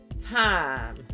time